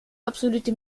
absolute